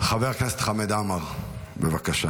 חבר הכנסת חמד עמאר, בבקשה.